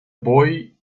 boy